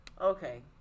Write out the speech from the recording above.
okay